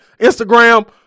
Instagram